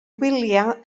wyliau